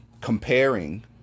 comparing